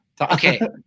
Okay